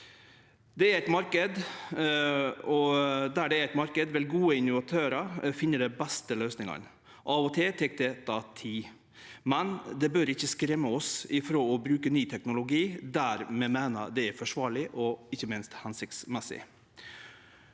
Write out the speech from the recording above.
det er ein marknad, vil gode innovatørar finne dei beste løysingane. Av og til tek dette tid, men det bør ikkje skremme oss ifrå å bruke ny teknologi der vi meiner det er forsvarleg og ikkje minst hensiktsmessig.